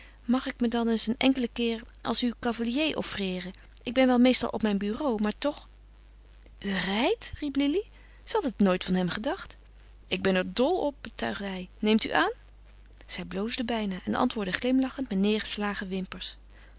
mag ik me dan eens een enkelen keer als uw cavalier offreeren ik ben wel meestal op mijn bureau maar toch u rijdt riep lili ze had het nooit van hem gedacht ik ben er dol op betuigde hij neemt u aan zij bloosde bijna en antwoordde glimlachend met neêrgeslagen wimpers